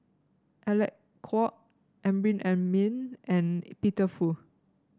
Alec Kuok Amrin Amin and Peter Fu